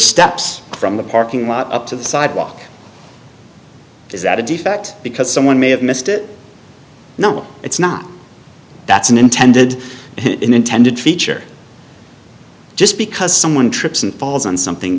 steps from the parking lot up to the sidewalk is that a defect because someone may have missed it no it's not that's an intended intended feature just because someone trips and falls on something